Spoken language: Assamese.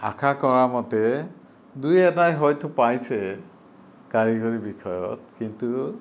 আশা কৰা মতে দুই এটাই হয়তো পাইছে কাৰিকৰী বিষয়ত কিন্তু